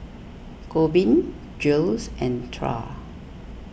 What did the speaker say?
Corbin Jiles and Trae